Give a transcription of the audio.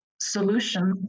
solution